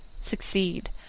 succeed